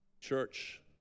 Church